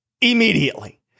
immediately